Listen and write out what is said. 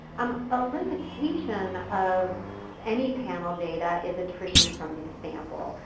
um a limitation of any panel data is attrition from the sample.